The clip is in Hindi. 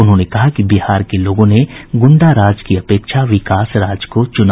उन्होंने कहा बिहार के लोगों ने गुंडाराज की अपेक्षा विकासराज को चुना